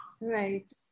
Right